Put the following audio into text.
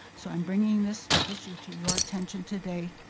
so i'm bringing this issue to your attention today,